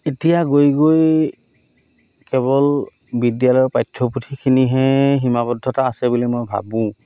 এতিয়া গৈ গৈ কেৱল বিদ্যালয়ৰ পাঠ্যপুথিখিনিহে সীমাবদ্ধতা আছে বুলি মই ভাবোঁ